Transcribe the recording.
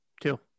Two